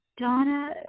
Donna